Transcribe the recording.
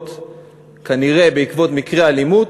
כנראה בעקבות מקרה אלימות,